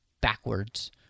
backwards